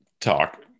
Talk